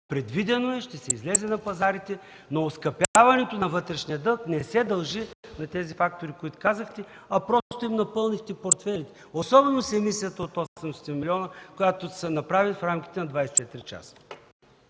Предвидено е, ще се излезе на пазарите, но оскъпяването на вътрешния дълг не се дължи на тези фактори, които казахте, а просто им напълнихте портфейлите, особено с емисията от 800 милиона, която се направи в рамките на 24 часа.